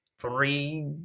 three